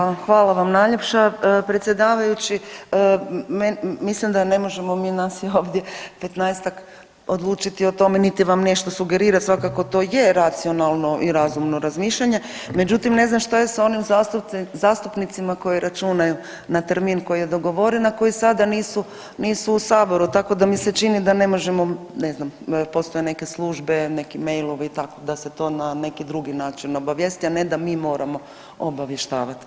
Ja se ispričavam, hvala vam najljepša predsjedavajući, mislim da ne možemo nas je ovdje 15-tak odlučiti o tome niti vam nešto sugerirati svakako to je racionalno i razumno razmišljanje, međutim ne znam šta je s onim zastupnicima koji računaju na termin koji je dogovoren, a koji sada nisu, nisu u saboru tako da mi se čini da ne možemo ne znam postoje neke službe, neki mailovi i tako da se to na neki drugi način obavijesti, a ne da mi moramo obavještavati.